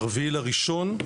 ה-4.1,